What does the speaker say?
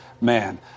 man